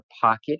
pocket